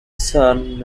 son